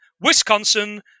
Wisconsin